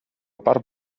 part